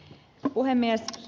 puhemies